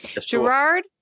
Gerard